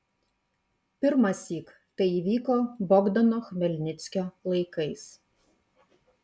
pirmąsyk tai įvyko bogdano chmelnickio laikais